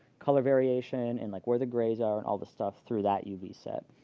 color variation, and like where the greys are, and all the stuff through that uv set.